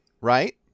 right